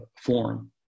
Form